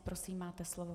Prosím, máte slovo.